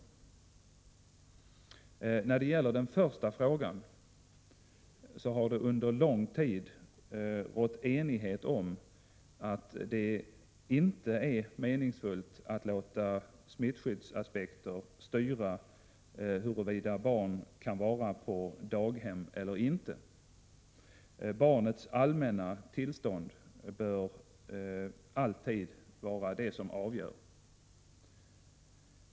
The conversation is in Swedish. När det gäller den första frågan har det under lång tid rått enighet om att det inte är meningsfullt att låta smittskyddsaspekter styra huruvida ett barn kan vara på daghem eller inte. Barnets allmänna tillstånd bör alltid vara det som avgör.